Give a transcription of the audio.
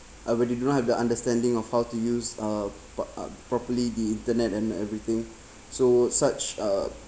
I really do not have the understanding of how to use uh but are properly the internet and everything so such a